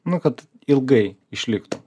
nu kad ilgai išliktų